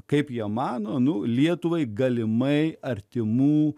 kaip jie mano anų lietuvai galimai artimų